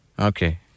Okay